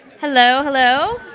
hello. hello.